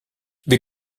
wir